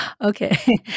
Okay